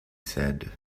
said